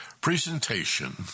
presentation